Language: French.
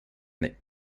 année